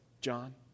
John